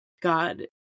God